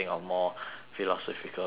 philosophical questions